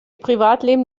privatleben